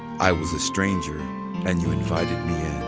i was a stranger and you invited